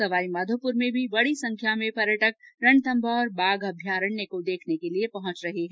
सवाईमाधोपुर में भी बड़ी संख्या में पर्यटक रणथम्मौर बाघ अभ्यारण्य को देखने के लिये पहुंच रहे है